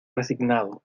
resignado